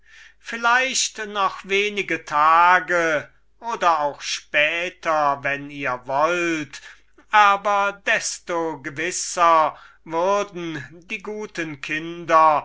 vielleicht noch wenige tage oder auch später wenn ihr wollt aber desto gewisser würden die guten kinder